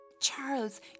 Charles